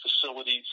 facilities